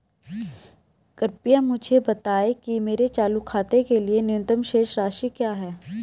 कृपया मुझे बताएं कि मेरे चालू खाते के लिए न्यूनतम शेष राशि क्या है